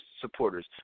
supporters